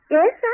Yes